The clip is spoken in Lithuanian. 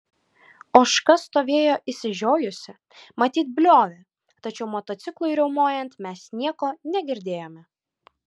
ožka stovėjo išsižiojusi matyt bliovė tačiau motociklui riaumojant mes nieko negirdėjome